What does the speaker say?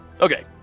Okay